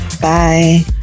bye